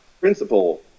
principle